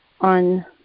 on